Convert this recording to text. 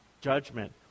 judgment